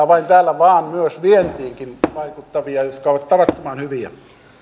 vain täällä kotimaassa vaan myös vientiinkin vaikuttavia jotka ovat tavattoman hyviä